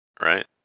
right